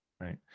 Right